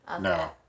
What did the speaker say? No